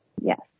Yes